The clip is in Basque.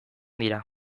dira